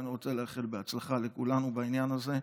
ואני רוצה לאחל הצלחה לכולנו בעניין הזה.